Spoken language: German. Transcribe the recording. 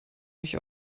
mich